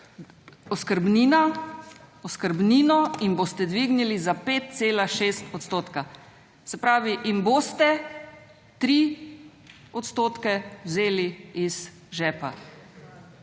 oskrbnino jim boste dvignili za 5,6 odstotka. Se pravi, jim boste 3 odstotke vzeli iz žepa.